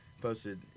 posted